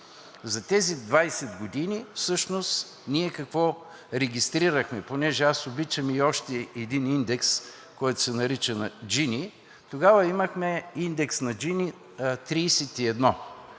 За тези 20 години всъщност какво регистрирахме? Понеже аз обичам и още един индекс, който се нарича на Джини, тогава имахме индекс на Джини 31.